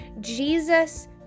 Jesus